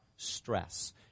stress